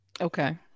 Okay